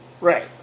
right